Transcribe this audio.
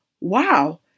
wow